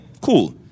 cool